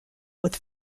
with